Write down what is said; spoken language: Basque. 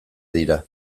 dira